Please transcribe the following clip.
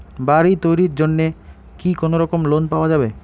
বাড়ি তৈরির জন্যে কি কোনোরকম লোন পাওয়া যাবে?